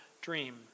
dream